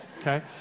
okay